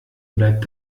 bleib